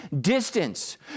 distance